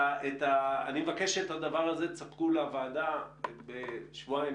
אני מבקש שתספקו לוועדה את הדבר הזה תוך שבועיים,